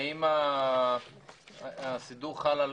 האם הסידור חל על